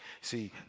See